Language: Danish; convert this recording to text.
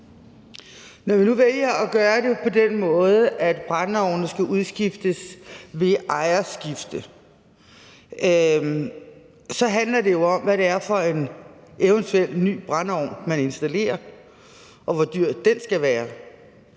Når vi nu vælger at gøre det på den måde, at brændeovnene skal udskiftes ved ejerskifte, handler det jo om, hvad det er for en eventuel ny brændeovn, man installerer, og hvor dyr den skal være.